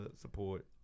support